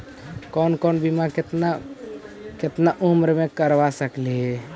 कौन कौन बिमा केतना केतना उम्र मे करबा सकली हे?